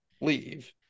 leave